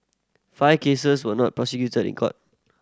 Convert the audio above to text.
five cases were not prosecuted in court